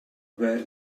where